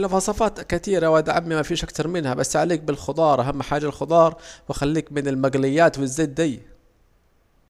الوصفات كتيرة يا واد عمي بس عليك بالخضار أهم حاجة الخضار وخليك من المجليات والزيت دي